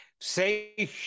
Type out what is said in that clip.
say